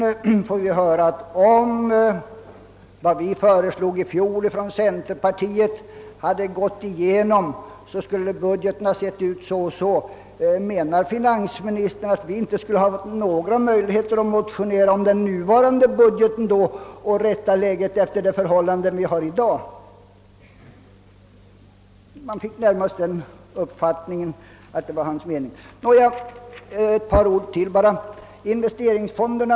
Vi fick emellertid också höra, att om det vi föreslog i fjol hade vunnit bifall, skulle budgeten ha sett ut så och så. Menar finansministern att vi i så fall inte skulle haft några möjligheter att motionera om den kommande budgeten för 1967/1968 och rätta våra synpunkter efter det läge som föreligger i dag? Man fick närmast uppfattningen, att finansministern ansåg att vi inte skulle ha sådana möjligheter.